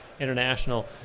International